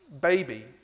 baby